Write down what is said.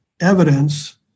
evidence